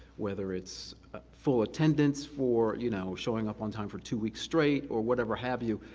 whether it's full attendance for you know showing up on time for two weeks straight, or whatever have you,